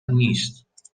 نیست